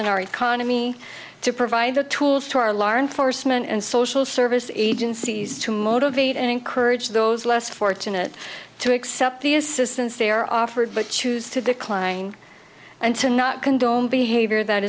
and our economy to provide the tools to our larn foresman and social service agencies to motivate and encourage those less fortunate to accept the assistance they are off but choose to decline and to not condone behavior that